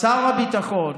שר הביטחון